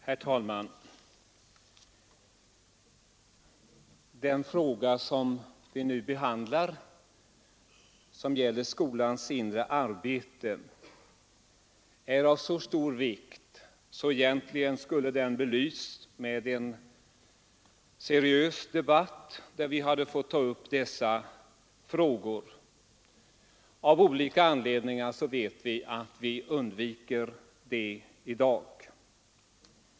Herr talman! Den fråga vi nu behandlar och som gäller skolans inre arbete är av så stor vikt att den egentligen skulle ha belysts med en seriös debatt, under vilken vi grundligt fått ta upp dessa förhållanden. Av olika anledningar vet vi att vi i dag undviker detta.